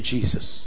Jesus